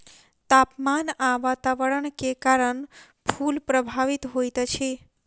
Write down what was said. तापमान आ वातावरण के कारण फूल प्रभावित होइत अछि